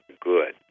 good